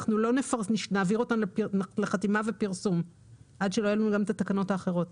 אנחנו לא נעביר אותן לחתימה ופרסום עד שלא יהיו גם התקנות האחרות.